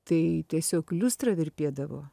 tai tiesiog liustra virpėdavo